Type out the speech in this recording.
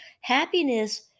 Happiness